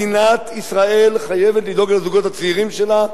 מדינת ישראל חייבת לדאוג לזוגות הצעירים שלה,